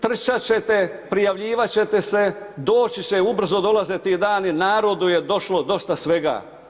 Trčat ćete, prijavljivat ćete se, doći će ubrzo dolaze ti dani narodu je došlo dosta svega.